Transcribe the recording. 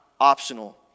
optional